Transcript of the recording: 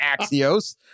Axios